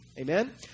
Amen